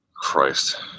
Christ